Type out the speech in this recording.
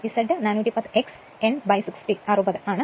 Z എന്നത് 410 x n 60 ആണ്